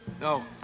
No